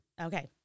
Okay